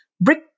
Brick